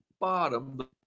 bottom